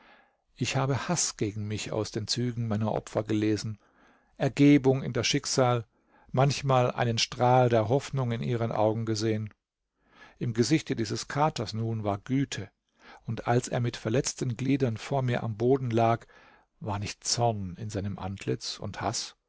ich habe haß gegen mich aus den zügen meiner opfer gelesen ergebung in das schicksal manchmal einen strahl der hoffnung in ihren augen gesehen im gesichte dieses katers nun war güte und als er mit verletzten gliedern vor mir am boden lag war nicht zorn in seinem antlitz und haß